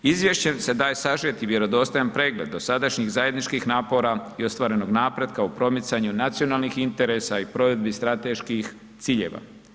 Izvješćem se daje sažet i vjerodostojan pregled dosadašnjih zajedničkih napora i ostvarenog napretka u promicanju nacionalnih interesa i provedbi strateških ciljeva.